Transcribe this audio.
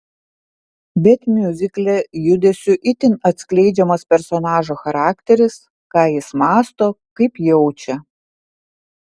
bet miuzikle judesiu itin atskleidžiamas personažo charakteris ką jis mąsto kaip jaučia